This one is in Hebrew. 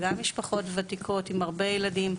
וגם משפחות ותיקות עם הרבה ילדים,